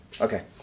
Okay